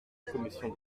commission